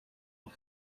auf